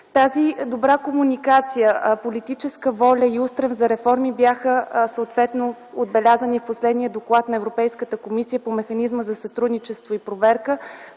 Тази добра комуникация, политическа воля и устрем за реформи бяха съответно отбелязани в последния доклад на Европейската комисия по механизма за сътрудничество и проверка,